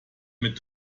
mit